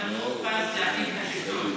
זאת הייתה הזדמנות פז להחליף את השלטון.